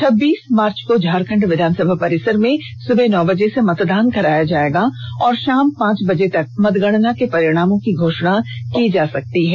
छब्बीस मार्च को झारखण्ड विधानसभा परिसर में प्रातः नौ बजे से मतदान कराया जाएगा और षाम पांच बजे तक मतगणना के परिणामों की घोषणा की जा सकती है